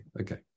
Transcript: Okay